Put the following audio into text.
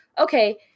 okay